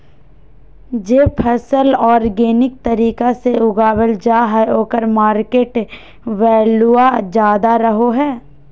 जे फसल ऑर्गेनिक तरीका से उगावल जा हइ ओकर मार्केट वैल्यूआ ज्यादा रहो हइ